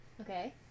Okay